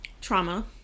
Trauma